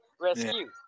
rescue